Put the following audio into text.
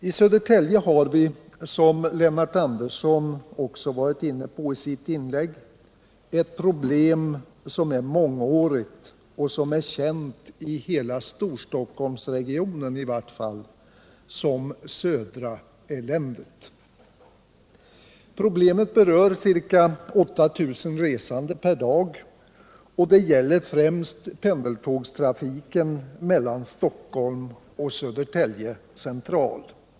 I Södertälje har vi, som Lennart Andersson också varit inne på i sitt inlägg, ett problem som är mångårigt och som är känt i vart fall inom hela Storstockholmsregionen som ”Södra-eländet”. Problemet berör ca 8000 resande per dag, och det gäller främst pendeltågstrafiken mellan Stockholm och Södertälje central.